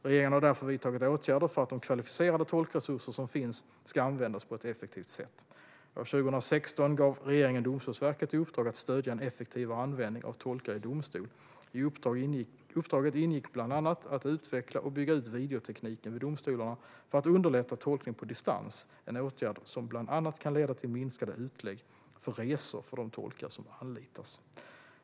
Regeringen har därför vidtagit åtgärder för att de kvalificerade tolkresurser som finns ska användas på ett effektivt sätt. År 2016 gav regeringen Domstolsverket i uppdrag att stödja en effektivare användning av tolkar i domstol. I uppdraget ingick bland annat att utveckla och bygga ut videotekniken vid domstolarna för att underlätta tolkning på distans, en åtgärd som bland annat kan leda till minskade utlägg för resor för de tolkar som anlitas.